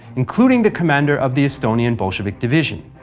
including the commander of the estonian bolshevik division.